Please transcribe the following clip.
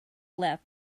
left